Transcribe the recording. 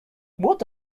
what